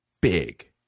big